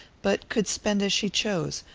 but could spend as she chose,